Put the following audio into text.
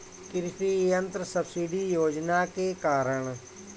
कृषि यंत्र सब्सिडी योजना के कारण?